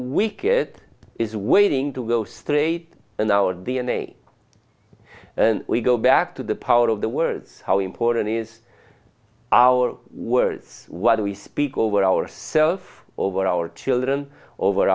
week it is waiting to go straight in our d n a we go back to the power of the words how important is our words what we speak over ourself over our children over